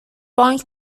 بانک